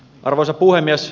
arvoisa puhemies